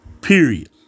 Period